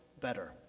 better